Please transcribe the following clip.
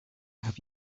have